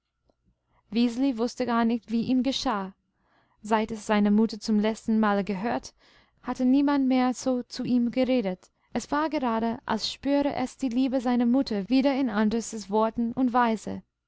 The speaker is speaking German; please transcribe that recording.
wußte gar nicht wie ihm geschah seit es seine mutter zum letzten male gehört hatte niemand mehr so zu ihm geredet es war gerade als spüre es die liebe seiner mutter wieder in andres worten und weise